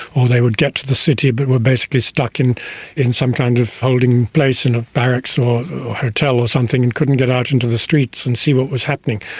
or they would get to the city but were basically stuck in in some kind of holding place and of barracks or a hotel or something and couldn't get out into the streets and see what was happening.